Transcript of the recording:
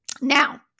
Now